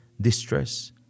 distress